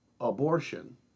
abortion